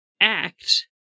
act